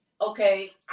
okay